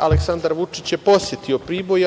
Aleksandar Vučić, je posetio Priboj.